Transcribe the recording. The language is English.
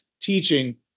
teaching